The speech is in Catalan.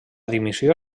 dimissió